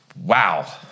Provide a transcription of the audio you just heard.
Wow